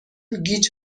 گیج